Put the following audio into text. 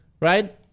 right